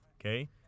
Okay